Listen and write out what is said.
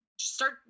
start